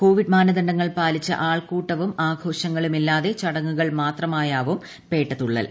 കോവിസ് മാനദണങ്ങൾ പാലിച്ച് ആൾക്കൂട്ടവും ആഘോങ്ങളുമില്ലാതെ ചടങ്ങുകൾ മാത്രമാ്യാവും പേട്ടതുള്ളൽ